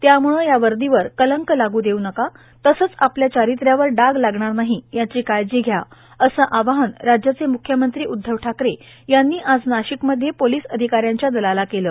त्यामुळं या वर्दीवर कलंक लागू देऊ नका तसंच आपल्या चारित्र्यावर डाग लागणार नाही याची काळजी घ्या असे आवाहन राज्याचे म्ख्यमंत्री उध्दव ठाकरे यांनी आज नाशिकमध्ये पोलीस अधिकाऱ्यांच्या दलाला केले